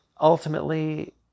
ultimately